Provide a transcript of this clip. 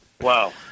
wow